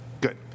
Good